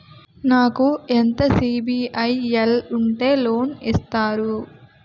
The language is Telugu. నాకు ఎంత సిబిఐఎల్ ఉంటే లోన్ ఇస్తారు?